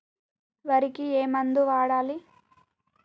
వరికి ఏ మందు వాడాలి?